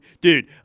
dude